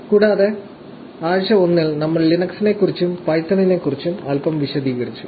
കൂടാതെ ആഴ്ച 1 ൽ നമ്മൾ ലിനക്സിനെക്കുറിച്ചും പൈത്തണിനെക്കുറിച്ചും അൽപ്പം വിശദീകരിച്ചു